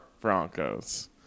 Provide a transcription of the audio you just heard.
Broncos